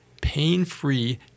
pain-free